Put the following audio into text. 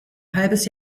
halbes